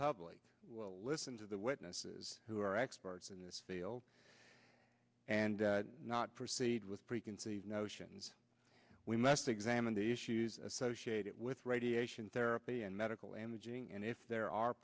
public will listen to the witnesses who are experts in this field and not proceed with preconceived notions we must examine the issues associated with radiation therapy and medical imaging and if there are